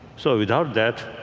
so without that,